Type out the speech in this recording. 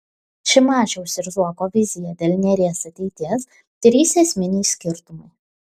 šimašiaus ir zuoko vizija dėl neries ateities trys esminiai skirtumai